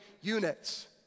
units